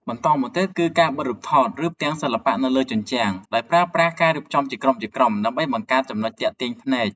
បន្តមកទៀត គឺការបិទរូបថត ឬផ្ទាំងសិល្បៈនៅលើជញ្ជាំង ដោយប្រើប្រាស់ការរៀបចំជាក្រុមៗដើម្បីបង្កើតចំណុចទាក់ទាញភ្នែក។